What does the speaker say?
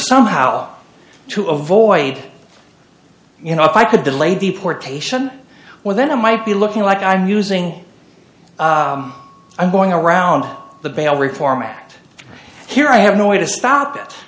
somehow to avoid you know if i could delay deportation well then i might be looking like i'm using i'm going around the bail reform act here i have no way to stop it